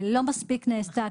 לא מספיק נעשתה,